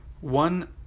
one